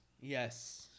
Yes